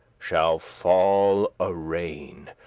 shall fall a rain,